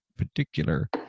Particular